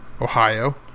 Ohio